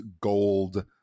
gold